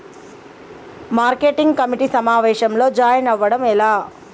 Market committee సమావేశంలో join అవ్వడం ఎలా?